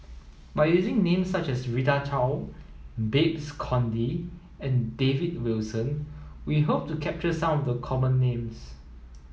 by using names such as Rita Chao Babes Conde and David Wilson we hope to capture some of the common names